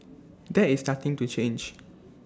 that is starting to change